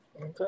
Okay